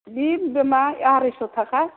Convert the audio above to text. बे आरायस' थाखा